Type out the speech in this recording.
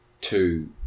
two